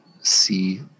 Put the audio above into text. see